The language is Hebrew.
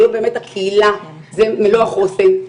היום באמת הקהילה זה החוסן,